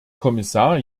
kommissar